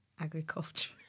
agriculture